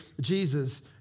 Jesus